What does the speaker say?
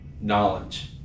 knowledge